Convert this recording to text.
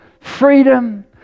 freedom